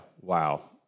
wow